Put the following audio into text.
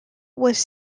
was